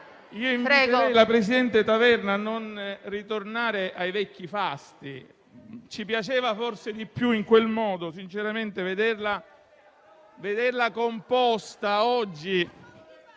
Inviterei la presidente Taverna a non ritornare ai vecchi fasti. Ci piaceva forse di più in quel modo. Sinceramente vederla composta oggi,